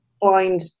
find